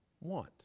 want